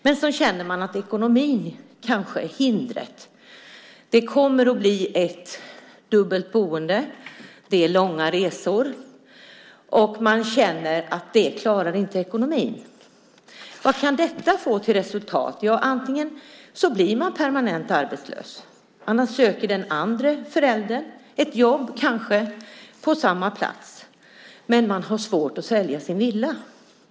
Men sedan känner man att ekonomin kanske är ett hinder eftersom det kommer att bli dubbelt boende och långa resor. Man känner att ekonomin inte klarar det. Vad kan detta resultera i? Ja, antingen blir man permanent arbetslös, eller också söker den andra föräldern jobb på kanske samma plats. Men man har svårt att sälja villan.